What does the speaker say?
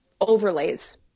overlays